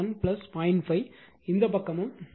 5 இந்த பக்கமும் 3 1 0